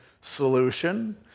solution